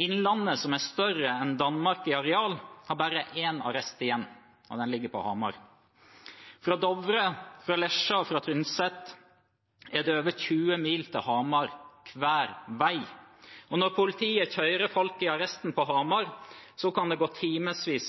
Innlandet, som er større enn Danmark i areal, har bare én arrest igjen, og den ligger på Hamar. Fra Dovre, Lesja og Tynset er det over 20 mil til Hamar, hver vei. Og når politiet kjører folk til arresten på Hamar, kan det gå timevis